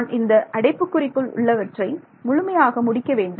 நான் இந்த அடைப்புக்குறிக்குள் உள்ளவற்றை முழுமையாக முடிக்க வேண்டும்